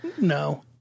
No